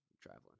traveling